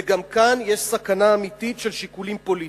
וגם כאן יש סכנה אמיתית של שיקולים פוליטיים.